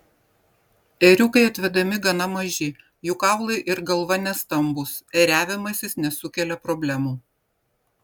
ėriukai atvedami gana maži jų kaulai ir galva nestambūs ėriavimasis nesukelia problemų